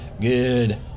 good